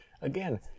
again